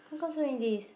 how come so many days